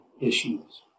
issues